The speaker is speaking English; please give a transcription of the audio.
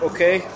Okay